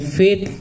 faith